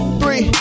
three